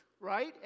right